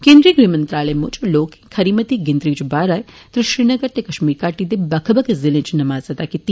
केंद्रीय गृह मंत्रालय मुजब लोक खरी मती गिनतरी इच बाहर आए ते श्रीनगर ते कश्मीर घाटी दे बक्ख बक्ख ज़िलें इच नमाज अदा कीती